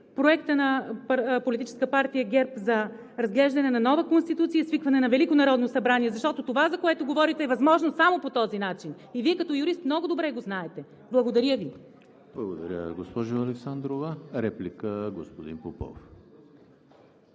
проекта на Политическа партия ГЕРБ за разглеждане на нова Конституция и свикване на Велико народно събрание. Защото това, за което говорите, е възможно само по този начин и Вие като юрист много добре го знаете! Благодаря Ви. ПРЕДСЕДАТЕЛ ЕМИЛ ХРИСТОВ: Благодаря, госпожо Александрова. Реплика – господин Попов.